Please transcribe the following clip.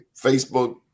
Facebook